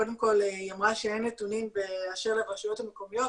קודם כל היא אמרה שאין נתונים באשר לרשויות המקומיות,